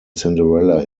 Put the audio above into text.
cinderella